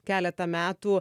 keletą metų